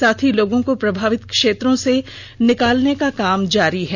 साथ ही लोगों को प्रभावित क्षेत्रों से निकालने का काम जारी है